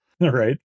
Right